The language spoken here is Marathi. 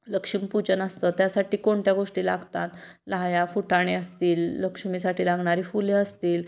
लक्ष्मीपूजन असतं त्यासाठी कोणत्या गोष्टी लागतात लाह्या फुटाणे असतील लक्ष्मीसाठी लागणारी फुले असतील